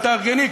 ותארגני,